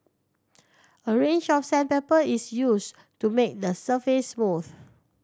a range of sandpaper is used to make the surface smooth